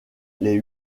les